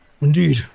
Indeed